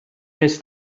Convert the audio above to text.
més